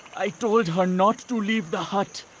i told her not to leave the hut!